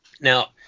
now